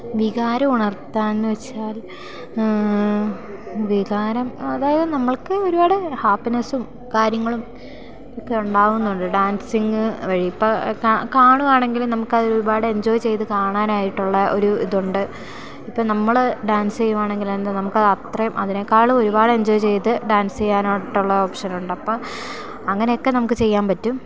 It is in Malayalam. വികാരം ഉണർത്താൻ എന്നു വെച്ചാൽ വികാരം അതായത് നമ്മൾക്ക് ഒരുപാട് ഹാപ്പിനെസ്സും കാര്യങ്ങളും ഒക്കെ ഉണ്ടാവുന്നുണ്ട് ഡാൻസിങ്ങ് വഴി ഇപ്പോൾ കാണുകയാണെങ്കിലും നമുക്കത് ഒരുപാട് എഞ്ചോയ് ചെയ്തു കാണാനായിട്ടുള്ള ഒരു ഇതുണ്ട് ഇപ്പോൾ നമ്മൾ ഡാൻസ് ചെയ്യുകയാണെങ്കിൽ എന്താ നമുക്കത് അത്രയും അതിനേക്കാളും ഒരുപാട് എഞ്ചോയ് ചെയ്ത് ഡാൻസ് ചെയ്യാനായിട്ടുള്ള ഓപ്ഷനുണ്ട് അപ്പം അങ്ങനെയൊക്കെ നമുക്ക് ചെയ്യാൻ പറ്റും